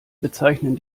bezeichnen